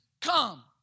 come